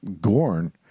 gorn